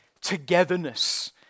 togetherness